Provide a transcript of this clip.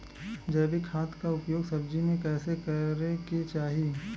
जैविक खाद क उपयोग सब्जी में कैसे करे के चाही?